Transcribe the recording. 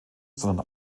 sondern